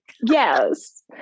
Yes